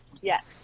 yes